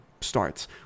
starts